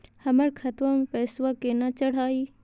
हमर खतवा मे पैसवा केना चढाई?